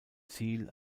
ziel